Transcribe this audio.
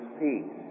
peace